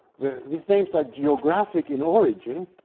these names are geographic in origin,